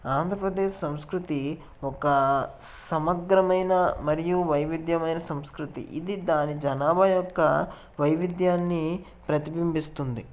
ఆంధ్రప్రదేశ్ సంస్కృతి ఒక సమగ్రమైన మరియు వైవిధ్యమైన సంస్కృతి ఇది దాని జనాభా యొక్క వైవిధ్యాన్ని ప్రతిబింబిస్తుంది